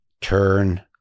Turn